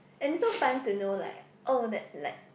and so fun to know like oh that like